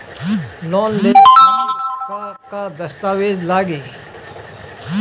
Loan लेवे खातिर का का दस्तावेज लागी?